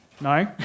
No